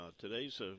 today's